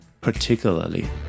particularly